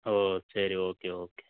ஓ சரி okay okay